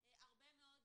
וגם הרבה מאוד